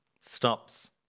stops